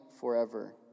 forever